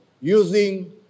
using